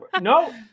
No